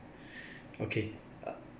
okay